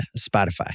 Spotify